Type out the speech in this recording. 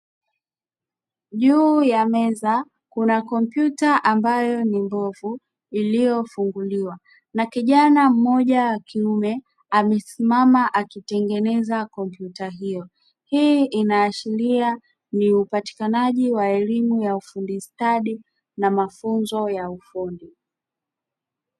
Juu ya meza kuna kompyuta ambayo ni mbovu iliyofunguliwa, na kijana mmoja wa kiume amesimama akitengeneza kompyuta hiyo. Hii inaashiria upatikanaji wa elimu ya ufundi stadi na mafunzo ya ufundi.